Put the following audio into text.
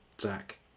Zach